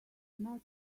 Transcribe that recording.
matter